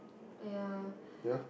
oh yeah